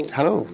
Hello